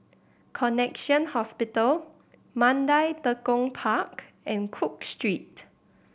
Connexion Hospital Mandai Tekong Park and Cook Street